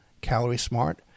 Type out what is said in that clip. calorie-smart